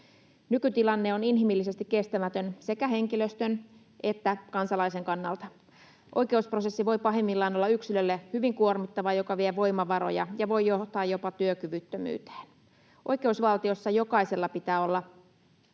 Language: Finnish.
Nykytilanne on inhimillisesti kestämätön sekä henkilöstön että kansalaisen kannalta. Oikeusprosessi voi pahimmillaan olla yksilölle hyvin kuormittava ja sellainen, joka vie voimavaroja ja voi johtaa jopa työkyvyttömyyteen. Oikeusvaltiossa jokaisella pitää olla